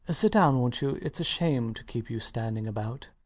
sit down, wont you? it's a shame to keep you standing about.